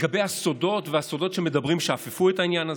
לגבי הסודות והסודות שמדברים שאפפו את העניין הזה?